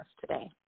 today